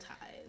Ties